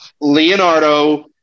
Leonardo